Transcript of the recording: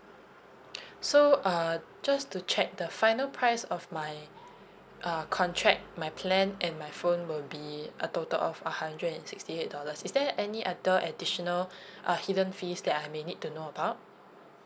so uh just to check the final price of my uh contract my plan and my phone will be a total of a hundred and sixty eight dollars is there any other additional uh hidden fees that I may need to know about